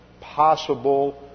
possible